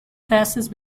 passes